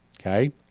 Okay